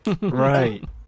Right